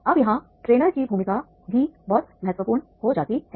अब यहाँ ट्रेनर की भूमिका भी बहुत महत्वपूर्ण हो जाती है